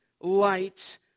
light